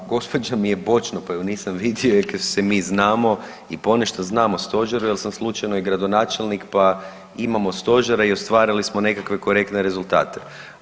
Pa gospođa mi je bočno pa ju nisam vidio, iako se mi znamo i ponešto znam o stožeru jer sam slučajno i gradonačelnik pa imamo stožer jer stvarali smo nekakve korektne rezultate.